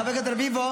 חבר הכנסת רביבו,